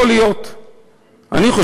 יכול להיות.